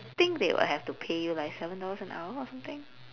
think they would have to pay you like seven dollars an hour or something